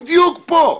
בדיוק פה.